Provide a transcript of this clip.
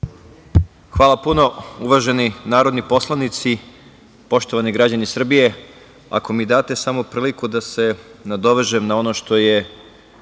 Hvala puno. Uvaženi narodni poslanici, poštovani građani Srbije, ako mi date samo priliku da se nadovežem na ono što je